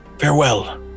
Farewell